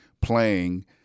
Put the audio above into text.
playing